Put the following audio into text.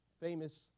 famous